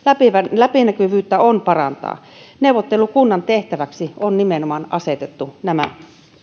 läpinäkyvyyttä on parannettava neuvottelukunnan tehtäväksi on asetettu nimenomaan nämä